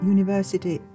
University